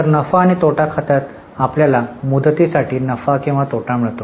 तर नफा आणि तोटा खात्यात आम्हाला मुदतीसाठी नफा किंवा तोटा मिळतो